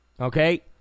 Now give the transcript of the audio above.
okay